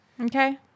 Okay